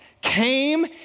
came